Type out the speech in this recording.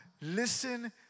Listen